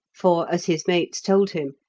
for, as his mates told him,